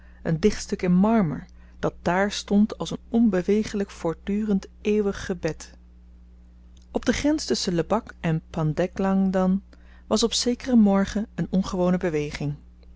een dichtstuk in marmer dat dààr stond als een onbewegelyk voortdurend eeuwig gebed op de grens tusschen lebak en pandeglang dan was op zekeren morgen een ongewone beweging